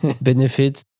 benefits